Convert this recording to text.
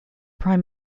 prime